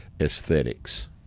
aesthetics